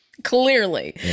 clearly